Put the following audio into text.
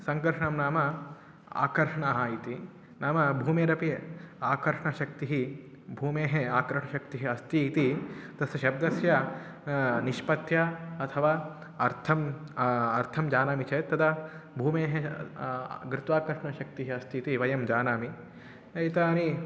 सङ्कर्षणः नाम आकर्षणः इति नाम भूमेरपि आकर्षणशक्तिः भूमेः आकर्षणशक्तिः अस्ति इति तस्य शब्दस्य निष्पत्याः अथवा अर्थम् अर्थं जानामि चेत् तदा भूमेः गुरुत्वाकर्षणशक्तिः अस्ति इति वयं जानामि एतानि